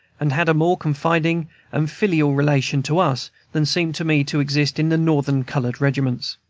and had a more confiding and filial relation to us than seemed to me to exist in the northern colored regiments.